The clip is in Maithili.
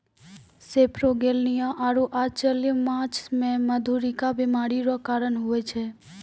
सेपरोगेलनिया आरु अचल्य माछ मे मधुरिका बीमारी रो कारण हुवै छै